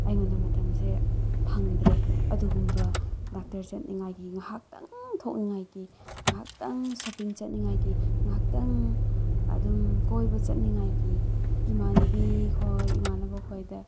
ꯑꯩꯉꯣꯟꯗ ꯃꯇꯝꯁꯦ ꯐꯪꯗ꯭ꯔꯦ ꯑꯗꯨꯒꯨꯝꯕ ꯗꯥꯛꯇꯔ ꯆꯠꯅꯤꯡꯉꯥꯏꯒꯤ ꯉꯥꯏꯍꯥꯛꯇꯪ ꯊꯣꯛꯅꯤꯡꯉꯥꯏꯒꯤ ꯉꯥꯏꯍꯥꯛꯇꯪ ꯁꯣꯞꯄꯤꯡ ꯆꯠꯅꯤꯡꯉꯥꯏꯒꯤ ꯉꯥꯏꯍꯥꯛꯇꯪ ꯑꯗꯨꯝ ꯀꯣꯏꯕ ꯆꯠꯅꯤꯡꯉꯥꯏꯒꯤ ꯏꯃꯥꯟꯅꯕꯤ ꯈꯣꯏ ꯏꯃꯥꯟꯅꯕ ꯈꯣꯏꯗ